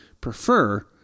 prefer